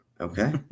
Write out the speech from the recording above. Okay